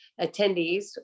attendees